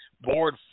board